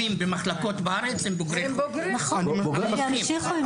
בסופו של דבר, אני מסתכל על